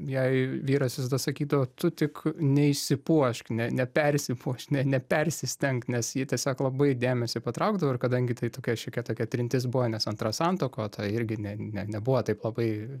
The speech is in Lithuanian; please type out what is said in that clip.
jai vyras visada sakydavo tu tik neišsipuošk ne nepersipuošk ne nepersistenk nes ji tiesiog labai dėmesį patraukdavo ir kadangi tai tokia šiokia tokia trintis buvo nes antra santuoka o ta irgi ne ne nebuvo taip labai